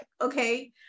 okay